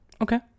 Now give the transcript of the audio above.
Okay